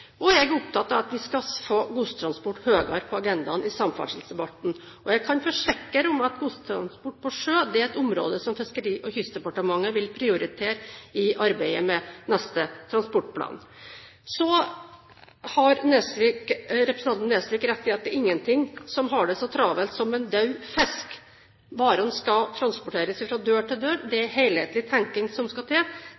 opptatt av at vi skal få godstransport høyere opp på agendaen i samferdselsdebatten. Jeg kan forsikre om at godstransport på sjø er et område som Fiskeri- og kystdepartementet vil prioritere i arbeidet med neste transportplan. Så har representanten Nesvik rett i at det er ingenting som har det så travelt som en død fisk. Varene skal transporteres fra dør til dør. Det